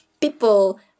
people